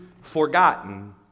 forgotten